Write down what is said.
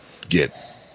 get